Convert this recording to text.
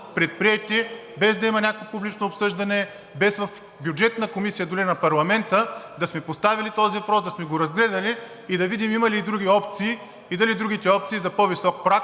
предприети, без да има някакво публично обсъждане, без в Бюджетна комисия дори на парламента да сме поставили този въпрос, да сме го разгледали и да видим има ли и други опции и дали другите опции за по-висок праг